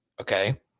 okay